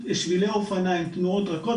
שבילי אופניים, תנועות רכות.